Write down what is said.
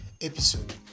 episode